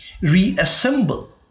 reassemble